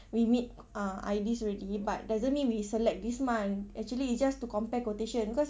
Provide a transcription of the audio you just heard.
we meet uh I_Ds already but doesn't mean we select this month actually it's just to compare quotation because